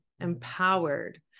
empowered